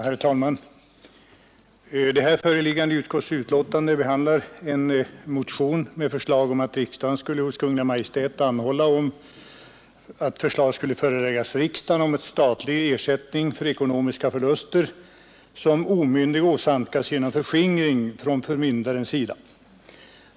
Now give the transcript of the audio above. Herr talman! Föreliggande utskottsbetänkande behandlar en motion 8enom förskingmed förslag om att riksdagen hos Kungl. Maj:t anhåller om att förslag — "Ing av omyndigs föreläggs riksdagen om statlig ersättning för ekonomiska förluster som Medel omyndig åsamkas genom förskingring från förmyndares sida.